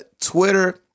Twitter